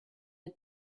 had